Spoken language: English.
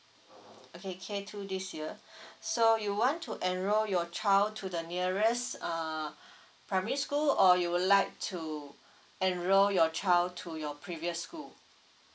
okay K two this year so you want to enroll your child to the nearest err primary school or you would like to enroll your child to your previous school